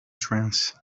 trance